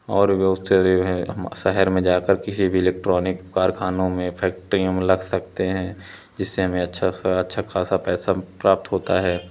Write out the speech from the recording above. और भी बहुत से हैं हम शहर में जाकर किसी भी इलेक्ट्रॉनिक कारख़ानों में फैक्ट्रीयों में लग सकते हैं जिससे हमें अच्छा अच्छा ख़ासा पैसा प्राप्त होता है